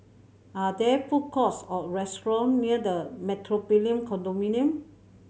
are there food courts or restaurant near The Metropolitan Condominium